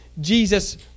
Jesus